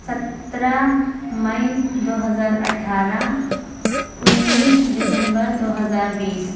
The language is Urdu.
سترہ مئی دو ہزار اٹھارہ انیس دسمبر دو ہزار بیس